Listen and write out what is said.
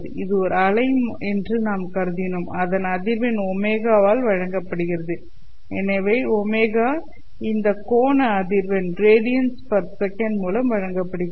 இது ஒரு அலை என்று நாம் கருதினோம் அதன் அதிர்வெண் ω ஆல் வழங்கப்படுகிறது எனவே ω இந்த கோண அதிர்வெண் radiance per sec மூலம் வழங்கப்படுகிறது